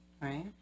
right